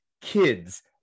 kids